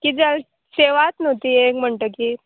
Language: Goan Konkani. किद जाले शेवाच न्हू ती एक म्हणटकीर